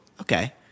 okay